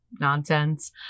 nonsense